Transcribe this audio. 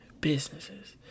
Businesses